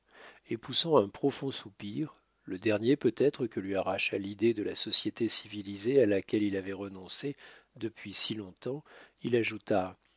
et poussant un profond soupir le dernier peut-être que lui arracha l'idée de la société civilisée à laquelle il avait renoncé depuis si longtemps il ajouta